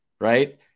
right